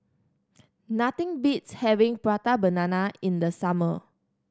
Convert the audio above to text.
nothing beats having Prata Banana in the summer